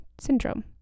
syndrome